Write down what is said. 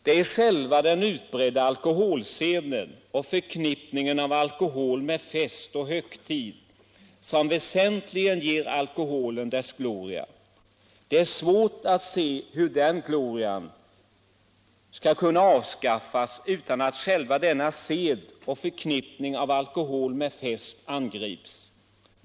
Det är själva den utbredda alkoholseden och förknippandet av alkohol med fest och högtid som väsentligen ger alkoholen dess gloria. Det är svårt att se hur den glorian skall kunna avskaffas utan att själva denna sed och förknippandet av alkohol med fest angrips.